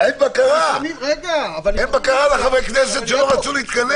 אין בקרה לחברי כנסת שלא רצו להתכנס.